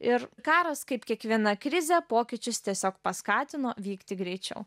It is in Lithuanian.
ir karas kaip kiekviena krizė pokyčius tiesiog paskatino vykti greičiau